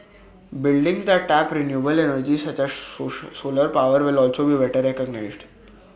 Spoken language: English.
buildings that tap renewable energy such as solar power will also be better recognised